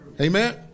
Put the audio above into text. Amen